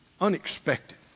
unexpected